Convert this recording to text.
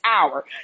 hour